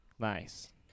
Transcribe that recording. nice